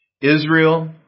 Israel